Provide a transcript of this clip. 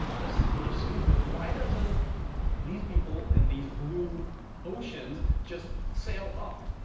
this is pretty stupid, why doesn't these people in these blue oceans, just sail up?